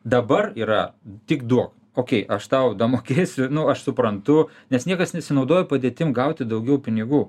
dabar yra tik du okei aš tau damokėsiu ir nu aš suprantu nes niekas nesinaudoja padėtim gauti daugiau pinigų